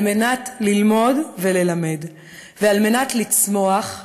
כדי ללמוד וללמד וכדי לצמוח,